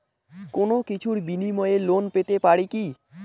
কোনো কিছুর বিনিময়ে লোন পেতে পারি কি?